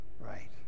Right